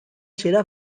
será